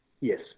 Yes